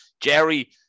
Jerry